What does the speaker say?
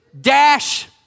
dash